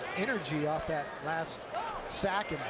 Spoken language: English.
energy off that last sack, and